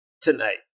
tonight